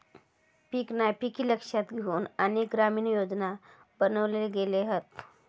पीक नापिकी लक्षात घेउन अनेक ग्रामीण योजना बनवले गेले हत